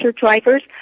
drivers